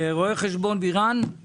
רואה חשבון בירן, בבקשה.